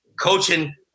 coaching